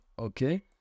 Okay